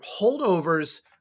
holdovers